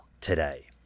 today